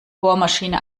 bohrmaschine